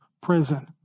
prison